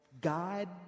God